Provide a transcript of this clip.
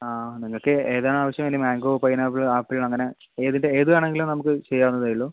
ആ നിങ്ങൾക്ക് ഏതാണ് ആവശ്യം അതിൽ മാംഗോ പൈൻആപ്പിൾ ആപ്പിൾ അങ്ങനെ ഏതിൻ്റെ ഏത് വേണമെങ്കിലും നമുക്ക് ചെയ്യാവുന്നതേ ഉള്ളൂ